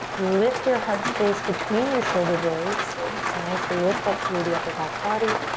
lift your heart space between your shoulder blades so just nice lift up through the upper back body.